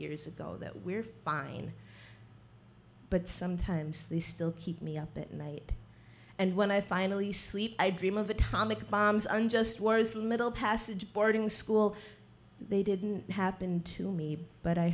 years ago that we're fine but sometimes they still keep me up at night and when i finally sleep i dream of atomic bombs unjust wars middle passage boarding school they didn't happen to me but i